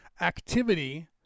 activity